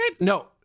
No